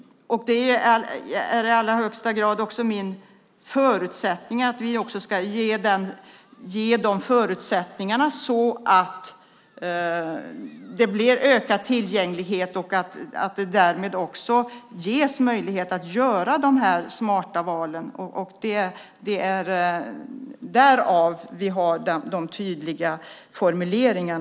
Det är också i allra högsta grad fråga om att ge sådana förutsättningar att det blir en ökad tillgänglighet och därmed även möjligheter att göra smarta val - därför våra tydliga formuleringar.